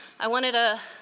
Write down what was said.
i wanted to